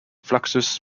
fluxus